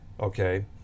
Okay